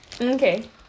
Okay